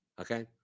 Okay